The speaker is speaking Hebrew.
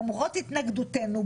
למרות התנגדותנו,